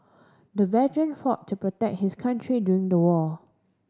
the veteran fought to protect his country during the war